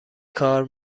کار